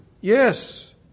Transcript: Yes